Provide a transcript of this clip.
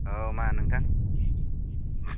औ मा नोंथां